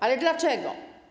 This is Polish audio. Ale dlaczego?